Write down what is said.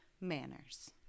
manners